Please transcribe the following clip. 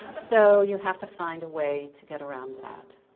so you have to find a way to get around that.